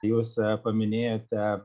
jūs paminėjote